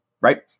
right